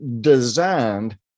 designed